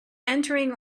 entering